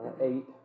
eight